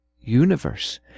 universe